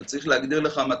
אתה צריך להגדיר לך מטרות.